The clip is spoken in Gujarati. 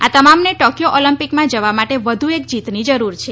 આ તમામને ટોક્યો ઓલમ્પિકમાં જવા માટે વધુ એક જીતની જરૂર છે